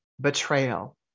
betrayal